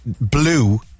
blue